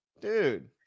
Dude